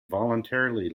voluntary